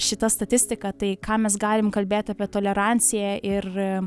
šita statistika tai ką mes galim kalbėt apie toleranciją ir